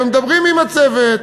ומדברים עם הצוות,